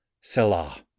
Selah